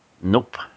Nope